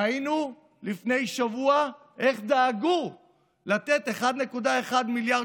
ראינו לפני שבוע איך דאגו לתת 1.1 מיליארד